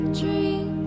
dream